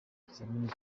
ikizamini